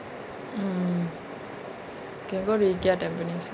mm can go to ikea tampines